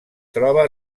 troba